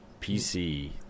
PC